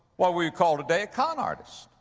what we'd call today, a con artist.